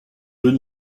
deux